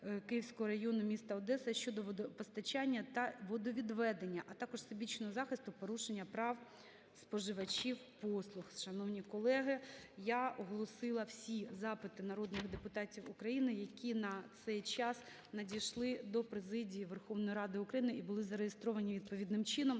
Київського району міста Одеса щодо водопостачання та водовідведення, а також всебічного захисту порушених прав споживачів послуг. Шановні колеги, я оголосила всі запити народних депутатів України, які на цей час надійшли до Президії Верховної Ради України і були зареєстровані відповідним чином.